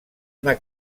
una